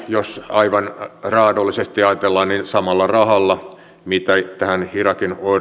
jos aivan raadollisesti ajatellaan niin samalla rahalla mitä tähän irakin